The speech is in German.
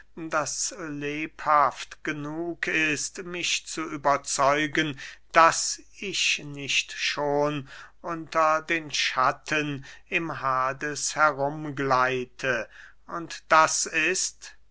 das lebhaft genug ist mich zu überzeugen daß ich nicht schon unter den schatten im hades herum gleite und das ist